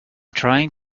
trying